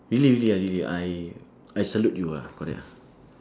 really really ah really I I salute you ah correct ah